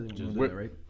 right